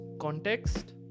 context